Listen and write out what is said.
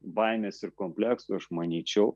baimės ir kompleksų aš manyčiau